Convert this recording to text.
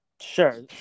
sure